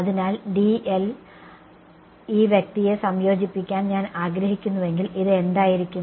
അതിനാൽ dl ൽ ഈ വ്യക്തിയെ സംയോജിപ്പിക്കാൻ ഞാൻ ആഗ്രഹിക്കുന്നുവെങ്കിൽ ഇത് എന്തായിരിക്കും